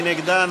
מי נגדה?